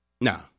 No